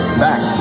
back